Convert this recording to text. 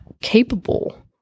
capable